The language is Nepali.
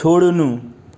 छोड्नु